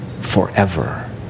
forever